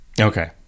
Okay